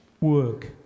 work